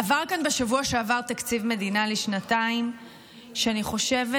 עבר כאן בשבוע שעבר תקציב מדינה לשנתיים שאני חושבת